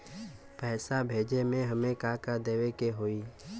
पैसा भेजे में हमे का का देवे के होई?